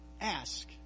Ask